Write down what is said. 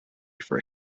for